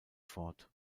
fort